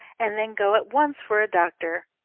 and then go at once for a doctor.